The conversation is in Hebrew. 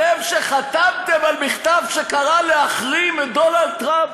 אתם שחתמתם על מכתב שקרא להחרים את דונלד טראמפ,